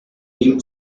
dim